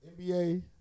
NBA